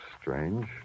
strange